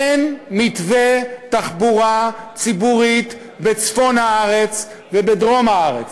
אין מתווה תחבורה ציבורית בצפון הארץ ובדרום הארץ.